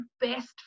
best